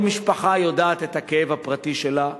כל משפחה יודעת את הכאב הפרטי שלה,